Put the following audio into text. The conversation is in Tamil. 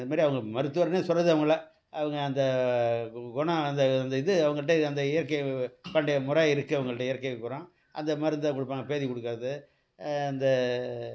இது மாதிரி அவங்க மருத்துவருனே சொல்கிறது அவங்களை அவங்க அந்த கு குணம் அந்த அந்த இது அவங்கிட்டே இ அந்த இயற்கை பண்டைய முறை இருக்குது அவங்கள்ட்ட இயற்கை குணம் அந்த மருந்த கொடுப்பாங்க பேதி கொடுக்கறது அந்த